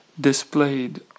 displayed